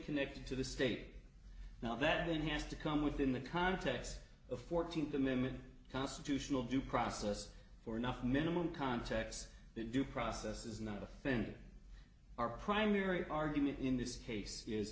connected to the state now that it has to come within the context of fourteenth amendment constitutional due process for enough minimum contex that due process is not offended our primary argument in this case is